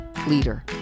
leader